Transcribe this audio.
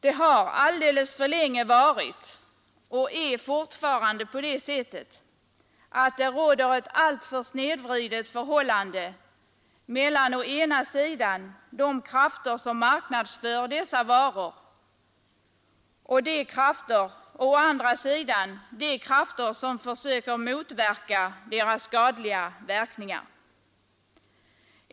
Det har rått och råder fortfarande ett alltför snedvridet förhållande mellan å ena sidan de krafter som marknadsför dessa varor och å andra sidan de krafter som försöker motverka de skadliga verkningarna.